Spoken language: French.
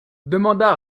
demanda